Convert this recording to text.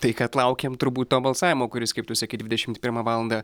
tai kad laukiam turbūt to balsavimo kuris kaip tu sakei dvidešimt pirmą valandą